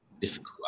difficult